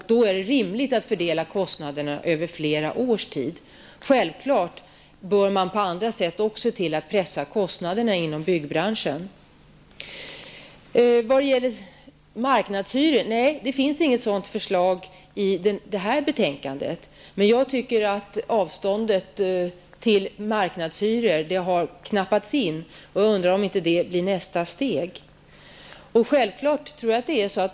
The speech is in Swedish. Det är då rimligt att fördela kostnaderna över flera års tid. Man bör självfallet också på andra sätt försöka pressa kostnaderna inom byggbranschen. När det gäller marknadshyror är det sant att det inte finns ett förslag om sådana i det här betänkandet. Men jag tycker att avståndet till marknadshyror har knappats in, och jag undrar om inte det blir nästa steg.